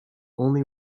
only